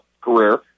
career